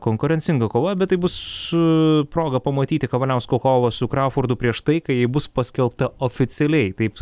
konkurencinga kova bet tai bus proga pamatyti kavaliausko kovą su kraufordu prieš tai kai ji bus paskelbta oficialiai taip